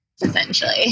essentially